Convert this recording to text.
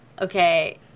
Okay